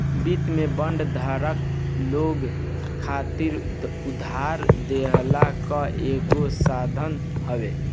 वित्त में बांड धारक लोग खातिर उधार देहला कअ एगो साधन हवे